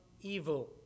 evil